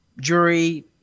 jury